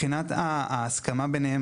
לדברים.